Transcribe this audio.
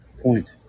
Point